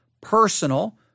personal